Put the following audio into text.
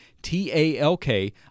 T-A-L-K